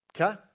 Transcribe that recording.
Okay